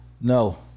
no